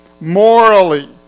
morally